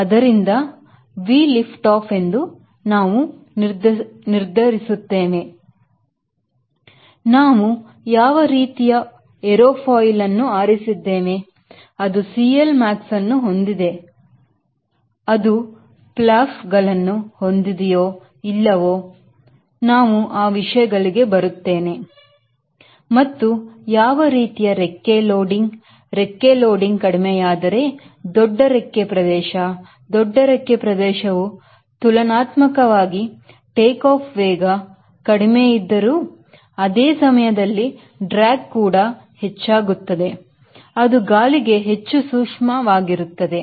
ಆದ್ದರಿಂದ V lift off ಎಂದು ನಾವು ನಿರ್ಧರಿಸುತ್ತೇನೆ ನಾವು ಯಾವ ರೀತಿಯ ಏರೋಫಾಯಿಲ್ಅನ್ನು ಆರಿಸಿದ್ದೇನೆ ಅದು CLmax ಅನ್ನು ಹೊಂದಿದೆ ಅದು ಫ್ಲಾಪ್ಗಳನ್ನು ಹೊಂದಿದೆಯೋ ಇಲ್ಲವೋ ನಾವು ಆ ವಿಷಯಗಳಿಗೆ ಬರುತ್ತೇನೆ ಮತ್ತು ಯಾವ ರೀತಿಯ ರೆಕ್ಕೆ ಲೋಡಿಂಗ್ ರೆಕ್ಕೆ ಲೋಡಿಂಗ್ ಕಡಿಮೆಯೆಂದರೆ ದೊಡ್ಡ ರೆಕ್ಕೆ ಪ್ರದೇಶ ದೊಡ್ಡ ರಕ್ಕೆ ಪ್ರದೇಶವು ತುಲನಾತ್ಮಕವಾಗಿ ಟೇಕಾಫ್ ವೇಗ ಕಡಿಮೆ ಇದ್ದರೂ ಅದೇ ಸಮಯದಲ್ಲಿ ಡ್ರ್ಯಾಗ್ ಕೂಡ ಹೆಚ್ಚಾಗುತ್ತದೆ ಅದು ಗಾಳಿಗೆ ಹೆಚ್ಚು ಸೂಕ್ಷ್ಮವಾಗಿರುತ್ತದೆ